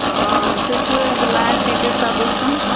آ تُہۍ چھِوٕ حظ میٚتھ ٹیٖچر تَبسم